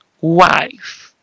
wife